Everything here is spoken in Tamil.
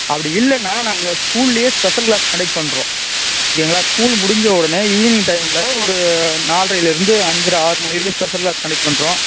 அப்படி இல்லைன்னா நாங்கள் ஸ்கூல்லையே ஸ்பெஷல் கிளாஸ் கண்டக்ட் பண்ணுறோம் இல்லைங்களா ஸ்கூல் முடிஞ்ச உடனே ஈவினிங் டைம்மில் ஒரு நால்ரைலருந்து அஞ்சரை ஆறு மணி வரைக்கும் ஸ்பெஷல் கிளாஸ் கண்டெக்ட் பண்ணுறோம்